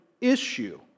issue